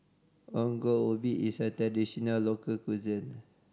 Ongol Ubi is a traditional local cuisine